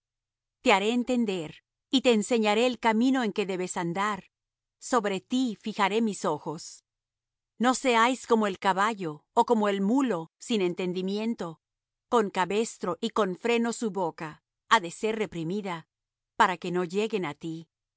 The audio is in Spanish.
te haré entender y te enseñaré el camino en que debes andar sobre ti fijaré mis ojos no seáis como el caballo ó como el mulo sin entendimiento con cabestro y con freno su boca ha de ser reprimida para que no lleguen á ti